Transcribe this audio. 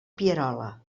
pierola